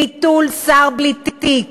ביטול שר בלי תיק,